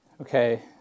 Okay